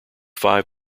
five